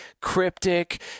cryptic